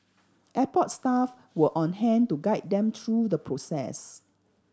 airport staff were on hand to guide them through the process